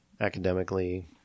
academically